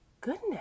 Goodness